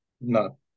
no